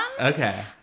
Okay